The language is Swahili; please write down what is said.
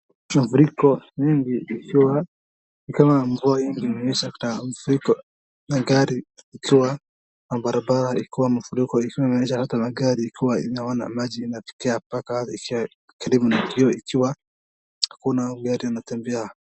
Mafuriko mengi ikiwa ni kama mvua imenyesha ikaleta mafuriko na gari ikiwa kwa barabara ikiwa mafuriko ikiwa imeonyesha hata magari, ikiwa imeonyesha hata magari ikiwa imeona maji inafikia mpaka karibu na hiyo ikiwa kuna gari inatembea.